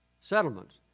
settlements